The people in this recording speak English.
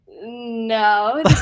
No